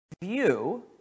view